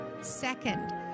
Second